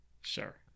Sure